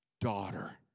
daughter